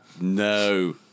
No